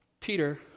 Peter